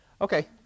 Okay